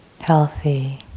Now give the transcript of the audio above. healthy